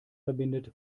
verbindet